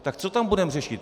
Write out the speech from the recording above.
Tak co tam budeme řešit?